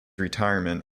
retirement